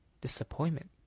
disappointment